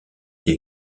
des